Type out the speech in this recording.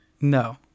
No